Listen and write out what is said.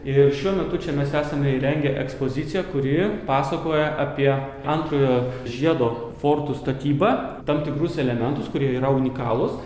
ir šiuo metu čia mes esame įrengę ekspoziciją kuri pasakoja apie antrojo žiedo fortų statybą tam tikrus elementus kurie yra unikalūs